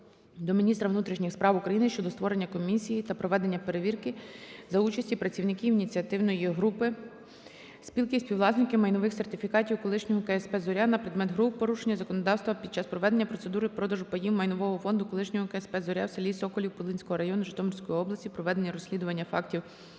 до міністра внутрішніх справ України щодо створення комісії та проведення перевірки за участі представників ініціативної групи Спілки співвласників майнових сертифікатів колишнього КСП "Зоря" на предмет грубого порушення законодавства під час проведення процедури продажу паїв майнового фонду колишнього КСП "Зоря" у селі Соколів Пулинського району Житомирської області, проведення розслідування фактів